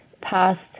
past